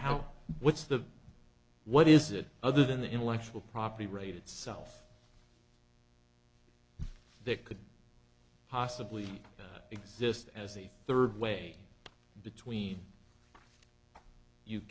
how what's the what is it other than the intellectual property raid itself that could possibly exist as a third way between you